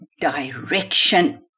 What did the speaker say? direction